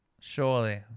surely